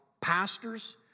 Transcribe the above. pastors